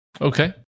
Okay